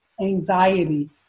anxiety